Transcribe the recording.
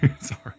Sorry